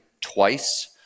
twice